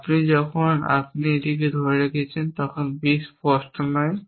সুতরাং যখন আপনি এটিকে ধরে রেখেছেন তখন B স্পষ্ট নয়